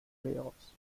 layoffs